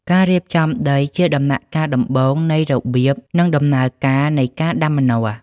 ការរៀបចំដីជាដំណាក់កាលដំបូងនៃរបៀប និង ដំណើរការនៃការដាំម្នាស់។